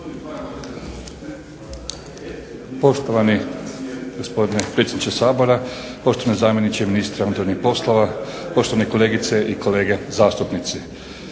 Poštovani gospodine predsjedniče Sabora, poštovani zamjeniče ministra unutarnjih poslova, poštovane kolegice i kolege zastupnici.